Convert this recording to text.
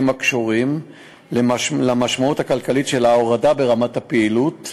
הקשורים למשמעות הכלכלית של ההורדה ברמת הפעילות.